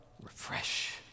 refresh